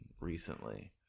recently